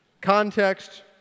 Context